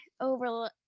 over